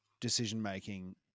decision-making